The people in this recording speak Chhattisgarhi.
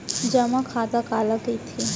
जेमा खाता काला कहिथे?